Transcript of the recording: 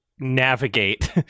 navigate